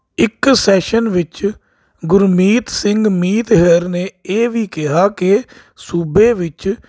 ਇੱਕ ਸੈਸ਼ਨ ਵਿੱਚ ਗੁਰਮੀਤ ਸਿੰਘ ਮੀਤ ਹੇਅਰ ਨੇ ਇਹ ਵੀ ਕਿਹਾ ਕਿ ਸੂਬੇ ਵਿੱਚ